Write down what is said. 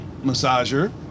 massager